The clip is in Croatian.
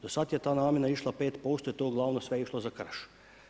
Do sad je ta namjena išla 5% i to je uglavnom sve išlo za krš.